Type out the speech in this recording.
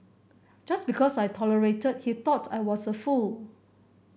just because I tolerated he thought I was a fool